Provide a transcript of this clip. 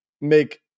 make